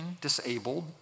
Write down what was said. disabled